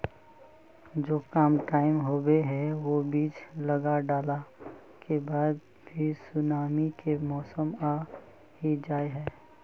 जो कम टाइम होये है वो बीज लगा डाला के बाद भी सुनामी के मौसम आ ही जाय है?